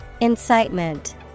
Incitement